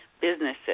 Businesses